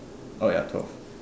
oh ya twelve